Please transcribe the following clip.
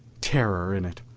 terror in it.